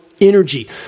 energy